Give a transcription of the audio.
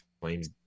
flames